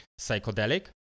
psychedelic